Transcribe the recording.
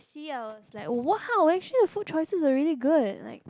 see I was like !wow! actually your food choices are really good like